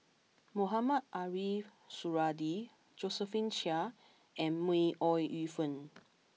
Mohamed Ariff Suradi Josephine Chia and May Ooi Yu Fen